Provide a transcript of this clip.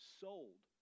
sold